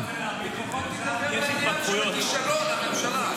לפחות תדבר לעניין של כישלון הממשלה.